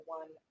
one